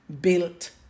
Built